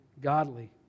godly